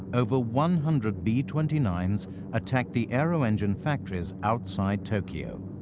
over one hundred b twenty nine s attacked the aero-engine factories outside toyko.